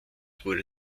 wurde